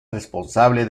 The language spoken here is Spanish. responsable